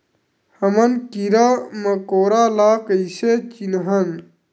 हमन कीरा मकोरा ला कइसे चिन्हन?